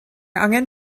angen